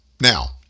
Now